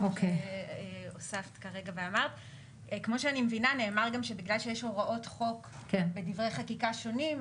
כמו שאני מבינה שנאמר שבגלל שיש הוראות חוק ודברי חקיקה שונים,